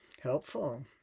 helpful